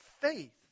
faith